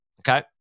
okay